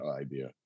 idea